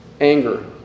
anger